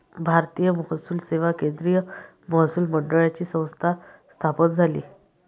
भारतीय महसूल सेवा केंद्रीय महसूल मंडळाची संस्था स्थापन झाली